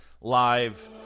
live